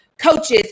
coaches